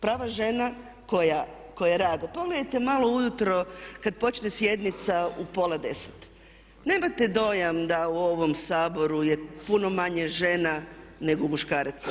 Prava žena koja rade, pogledajte malo ujutro kad počne sjednica u pola 10, nemate dojam da u ovom Saboru je puno manje žena nego muškaraca.